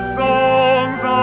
songs